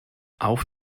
auf